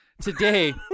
Today